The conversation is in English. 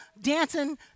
dancing